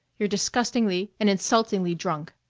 you're disgustingly and insultingly drunk.